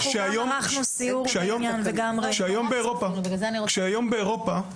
היום באירופה,